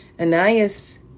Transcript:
Ananias